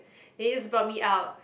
then just brought me out